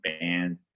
band